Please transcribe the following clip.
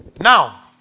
Now